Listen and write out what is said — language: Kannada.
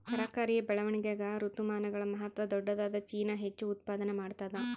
ತರಕಾರಿಯ ಬೆಳವಣಿಗಾಗ ಋತುಮಾನಗಳ ಮಹತ್ವ ದೊಡ್ಡದಾದ ಚೀನಾ ಹೆಚ್ಚು ಉತ್ಪಾದನಾ ಮಾಡ್ತದ